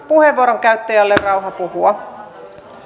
puheenvuoron käyttäjälle rauha puhua